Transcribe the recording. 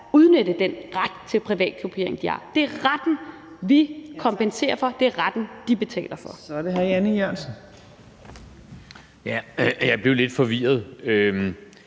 udnytte den ret til privat kopiering, de har. Det er retten, vi kompenserer for. Det er retten, de betaler for. Kl. 15:39 Tredje næstformand (Trine